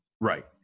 Right